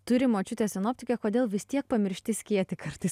turi močiutę sinoptikę kodėl vis tiek pamiršti skėtį kartais